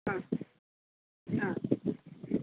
ആ ആ